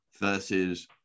versus